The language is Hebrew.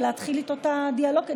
ולהתחיל איתו את הדיאלוג,